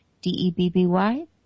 D-E-B-B-Y